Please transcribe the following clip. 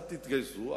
אל תתגייסו,